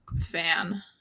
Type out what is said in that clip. fan